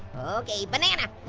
okay, banana.